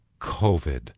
COVID